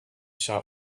shop